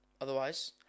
Otherwise